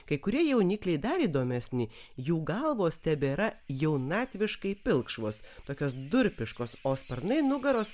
kai kurie jaunikliai dar įdomesni jų galvos tebėra jaunatviškai pilkšvos tokios durpiškos o sparnai nugaros